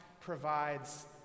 provides